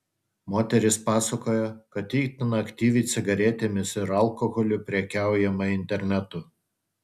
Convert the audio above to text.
moteris pasakojo kad itin aktyviai cigaretėmis ir alkoholiu prekiaujama internetu